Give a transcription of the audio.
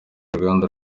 uruganda